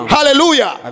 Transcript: Hallelujah